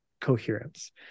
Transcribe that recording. coherence